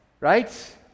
Right